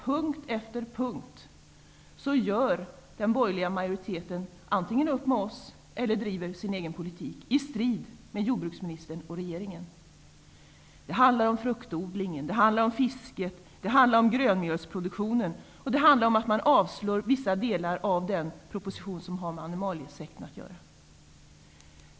På punkt efter punkt gör den borgerliga majoriteten upp med oss eller driver sin egen politik i strid med jordbruksministern och regeringen. Det handlar om fruktodlingen, fisket och grönmjölsproduktionen. Man avstyrker vissa delar av den proposition som har med animaliesektorn att göra.